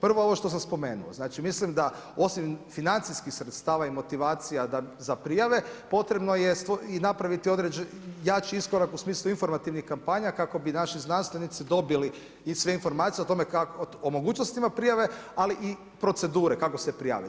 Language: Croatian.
Prvo, ovo što sam spomenuo, znači mislim da osim financijskih sredstava i motivacija za prijave, potrebno je i napraviti i jači iskorak u smislu informativnih kampanja, kako bi naši znanstvenici dobili i sve informacije o tome kako, o mogućnostima prijave, ali i procedure, kako se prijaviti.